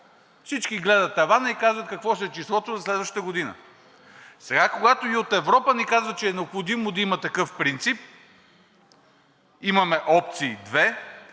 Всички гледат тавана и казват какво ще е числото за следващата година. Сега когато и от Европа ни казват, че е необходимо да има такъв принцип, имаме две опции,